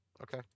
Okay